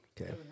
Okay